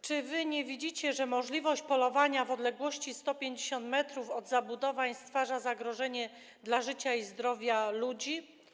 Czy nie widzicie, że możliwość polowania w odległości 150 m od zabudowań stwarza zagrożenie dla życia i zdrowia ludzi?